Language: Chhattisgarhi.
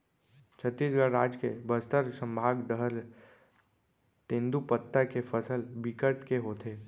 छत्तीसगढ़ राज के बस्तर संभाग डहर तेंदूपत्ता के फसल बिकट के होथे